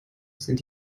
sind